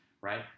right